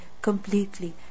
completely